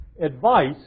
advice